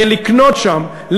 לקנות שם,